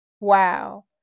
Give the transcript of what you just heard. Wow